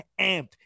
amped